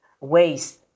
waste